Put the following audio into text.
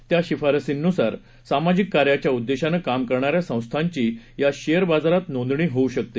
या शिफारसींनुसार सामाजिक कार्याच्या उद्देशानं काम करणाऱ्या संस्थांची या शेअर बाजारात नोंदणी होऊ शकते